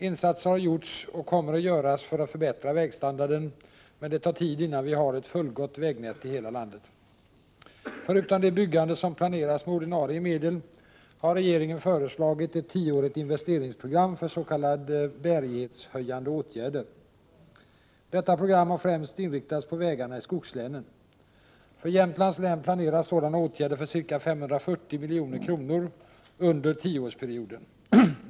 Insatser har gjorts och kommer att göras för att förbättra vägstandarden, men det tar tid innan vi har ett fullgott vägnät i hela länet. Förutom det byggande som planeras med ordinarie medel har regeringen föreslagit ett tioårigt investeringsprogram för s.k. bärighetshöjande åtgärder. Detta program har främst inriktats på vägarna i skogslänen. För Jämtlands län planeras sådana åtgärer för ca 540 milj.kr. under tioårsperioden.